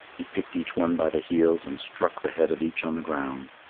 he picked each one by the heels and struck the head of each on the ground.